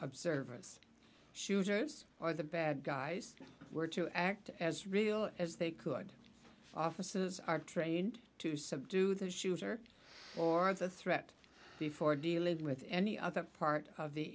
observe us shooters or the bad guys were to act as real as they could offices are trained to subdue the shooter or the threat before dealing with any other part of the